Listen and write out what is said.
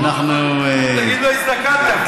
תגיד לו: הזדקנת פה.